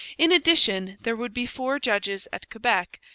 in addition, there would be four judges at quebec,